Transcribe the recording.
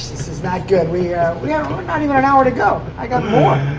not good. we we are not even an hour to go. i got more.